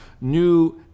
new